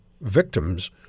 victims